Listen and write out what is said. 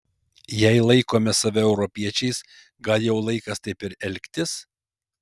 jei laikome save europiečiais gal jau laikas taip ir elgtis